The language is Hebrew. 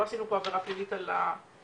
לא עשינו פה עבירה פלילית על הצריכה,